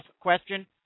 question